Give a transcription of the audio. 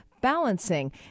Balancing